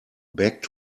back